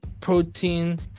protein